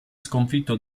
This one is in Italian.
sconfitto